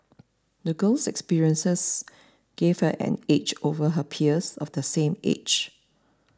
the girl's experiences gave her an edge over her peers of the same age